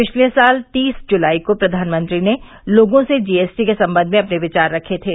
पिछले साल तीस जुलाई को प्रवानमंत्री ने लोगों से जीएसटी के संबंध में अपने विचार रखे थे